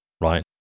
right